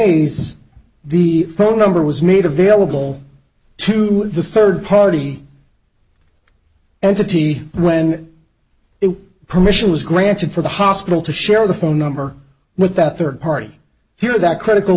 ways the phone number was made available to the third party entity when the permission was granted for the hospital to share the phone number with that third party here that critical